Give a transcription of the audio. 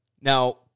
Now